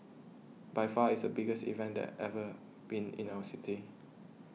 by far it's the biggest event that ever been in our city